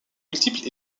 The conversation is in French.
multiples